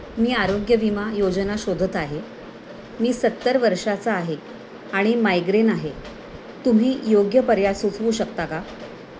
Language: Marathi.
मी आरोग्य विमा योजना शोधत आहे मी सत्तर वर्षाचा आहे आणि मायग्रेन आहे तुम्ही योग्य पर्याय सुचवू शकता का